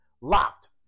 locked